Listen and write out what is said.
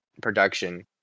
production